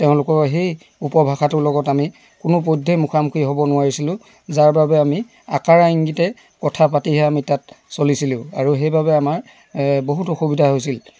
তেওঁলোকৰ সেই উপভাষাটো লগত আমি কোনো পধ্যেই মুখামুখি হ'ব নোৱাৰিছিলোঁ যাৰ বাবে আমি আকাৰে ইংগিতে কথা পাতিহে আমি তাত চলিছিলোঁ আৰু সেইবাবে আমাৰ বহুত অসুবিধা হৈছিল